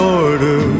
order